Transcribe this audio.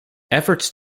efforts